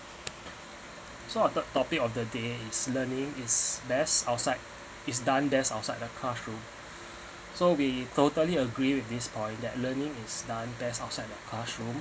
so our third topic of the day is learning is best outside it's done best outside the classroom so we totally agree with this point that learning is done best outside the classroom